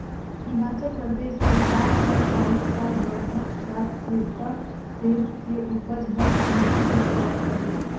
हिमाचल परदेस के ताप हर सालो साल बड़हत जात हे त सेब के उपज हर थोंरेह होत जात हवे